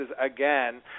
again